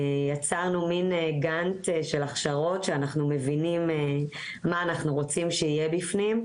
יצרנו הכשרות שאנחנו מבינים מה אנחנו רוצים שיהיה בפנים,